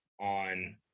on